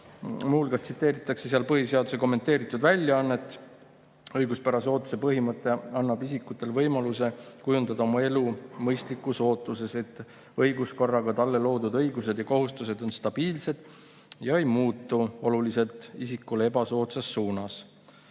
hulgas tsiteeritakse põhiseaduse kommenteeritud väljaannet: õiguspärase ootuse põhimõte annab isikutele võimaluse kujundada oma elu mõistlikus ootuses, et õiguskorraga talle loodud õigused ja kohustused on stabiilsed ega muutu olulisel määral isikule ebasoodsas suunas.